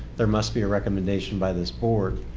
there must be a recommendation by this board.